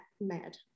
mad